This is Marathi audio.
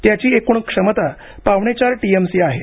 त्याची एकूण क्षमता पावणेचार टीएमसी आहे